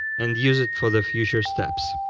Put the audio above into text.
and use it for the future steps.